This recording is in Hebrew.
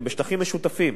שבשטחים משותפים,